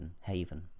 haven